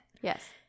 Yes